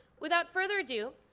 without further ado,